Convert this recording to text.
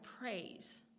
praise